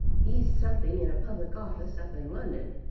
he's something in a public office up in london.